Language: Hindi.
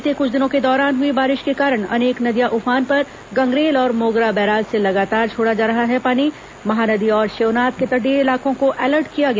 बीते कृछ दिनों के दौरान हई बारिश के कारण अनेक नदियां उफान पर गंगरेल और मोगरा बैराज से लगातार छोड़ा जा रहा है पानी महानदी और शिवनाथ के तटीय इलाकों को अलर्ट किया गया